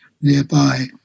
nearby